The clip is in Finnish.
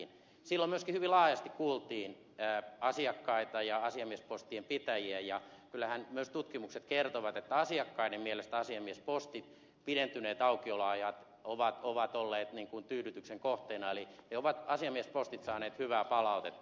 silloin myöskin hyvin laajasti kuultiin asiakkaita ja asiamiespostien pitäjiä ja kyllähän myös tutkimukset kertovat että asiakkaiden mielestä asiamiespostin pidentyneet aukioloajat ovat olleet tyydytyksen kohteena eli asiamiespostit ovat saaneet hyvää palautetta